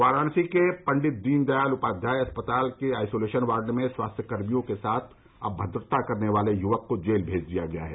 वाराणसी के पंडित दीनदयाल उपाध्याय अस्पताल के आइसोलेसन वार्ड में स्वास्थ्यकर्मियों के साथ अभद्रता करने वाले युवक को जेल भेज दिया गया है